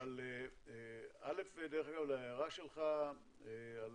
להערה שלך על